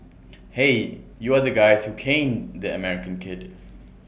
hey you are the guys who caned the American kid